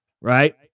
right